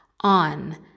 on